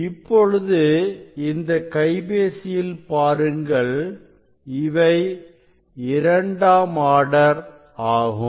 இப்பொழுது இந்த கைபேசியில் பாருங்கள் இவை இரண்டாம் ஆர்டர் ஆகும்